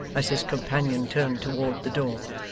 as his companion turned toward the door.